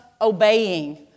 obeying